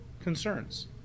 concerns